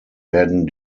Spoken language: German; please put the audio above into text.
werden